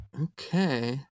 Okay